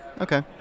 Okay